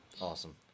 Awesome